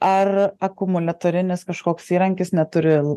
ar akumuliatorinis kažkoks įrankis neturi